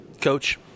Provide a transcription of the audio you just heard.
Coach